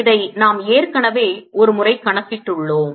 இதை நாம் ஏற்கனவே ஒரு முறை கணக்கிட்டுள்ளோம்